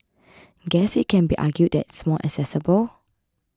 guess it can be argued that it's more accessible